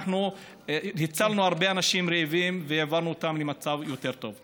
אנחנו הצלנו הרבה אנשים רעבים והעברנו אותם למצב יותר טוב.